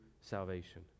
salvation